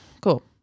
Cool